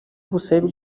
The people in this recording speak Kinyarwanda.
ubusabe